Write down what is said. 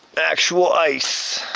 actual ice.